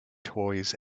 toys